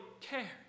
care